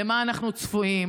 למה אנחנו צפויים,